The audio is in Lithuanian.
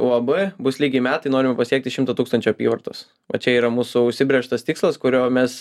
uab bus lygiai metai norime pasiekti šimtą tūkstančių apyvartos va čia yra mūsų užsibrėžtas tikslas kurio mes